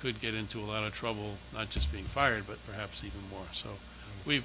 could get into a lot of trouble not just being fired but perhaps even more so we've